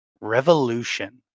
Revolution